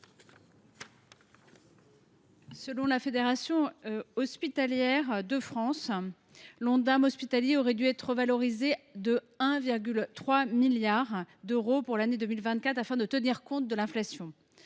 Selon la Fédération hospitalière de France, l’Ondam hospitalier aurait dû être revalorisé de 1,3 milliard d’euros pour l’année 2024 afin de tenir compte de l’inflation.